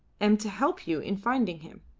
am to help you in finding him.